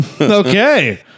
Okay